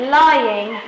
lying